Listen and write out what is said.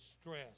stress